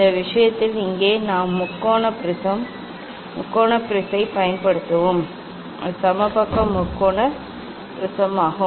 இந்த விஷயத்தில் இங்கே நாம் முக்கோண ப்ரிஸம் முக்கோண ப்ரிஸைப் பயன்படுத்துவோம் அது சமபக்க முக்கோண ப்ரிஸம் ஆகும்